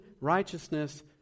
righteousness